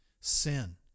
sin